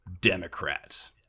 Democrats